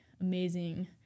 amazing